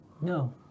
No